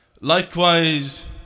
Likewise